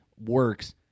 works